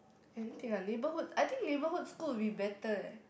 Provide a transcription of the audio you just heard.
everything lah neighbourhood I think neighbourhood school will be better eh